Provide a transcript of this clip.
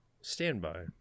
Standby